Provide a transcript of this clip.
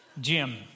Jim